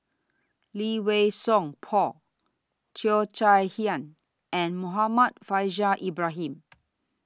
Lee Wei Song Paul Cheo Chai Hiang and Muhammad Faishal Ibrahim